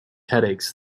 headaches